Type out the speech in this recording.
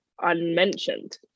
unmentioned